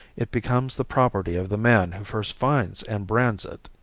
it becomes the property of the man who first finds and brands it.